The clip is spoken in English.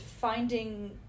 finding